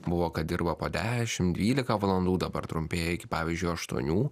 buvo kad dirba po dešim dvylika valandų dabar trumpėja iki pavyzdžiui aštuonių